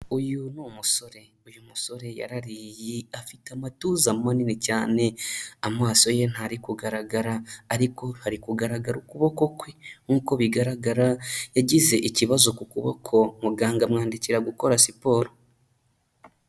Uyu ni umusore, uyu musore yarariye afite amatuza manini cyane, amaso ye ntari kugaragara ariko hari kugaragara ukuboko kwe, nk'uko bigaragara yagize ikibazo ku kuboko muganga amwandikira gukora siporo.